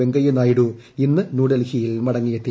വെങ്കയ്യ നായിഡു ഇന്ന് ന്യൂഡൽഹിയിൽ മടങ്ങിയെത്തി